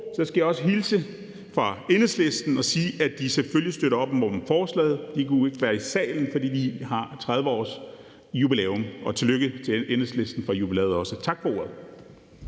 så skal jeg hilse fra Enhedslisten og sige, at de selvfølgelig også støtter forslaget. De kunne ikke være i salen, fordi de har 30-årsjubilæum – og også tillykke til Enhedslisten med jubilæet. Tak for ordet.